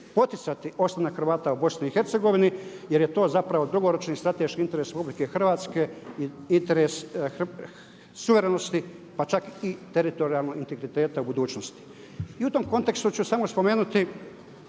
poticati ostanak Hrvata u BiH jer je to zapravo dugoročni strateški interes RH, interes suverenosti, pa čak i teritorijalnog integriteta u budućnosti. I u tom kontekstu ću samo spomenuti